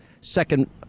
second